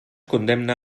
condemna